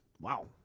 Wow